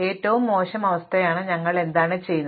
ഏറ്റവും മോശം അവസ്ഥയാണ് ഞങ്ങൾ എന്താണ് ചെയ്യുന്നത്